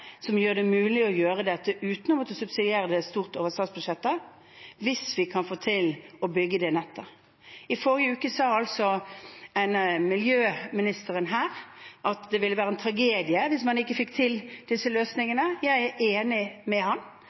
gjør det mulig å gjøre dette uten å måtte subsidiere det stort over statsbudsjettet – hvis vi kan få til å bygge det nettet. I forrige uke sa altså miljøministeren her at det ville være en tragedie hvis man ikke fikk til disse løsningene. Jeg er enig med